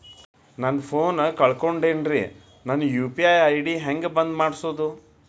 ನನ್ನ ಫೋನ್ ಕಳಕೊಂಡೆನ್ರೇ ನನ್ ಯು.ಪಿ.ಐ ಐ.ಡಿ ಹೆಂಗ್ ಬಂದ್ ಮಾಡ್ಸೋದು?